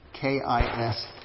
K-I-S